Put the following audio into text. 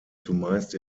zumeist